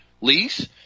Lease